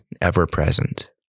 ever-present